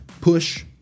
push